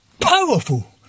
powerful